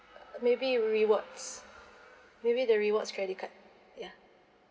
uh maybe rewards maybe the rewards credit card ya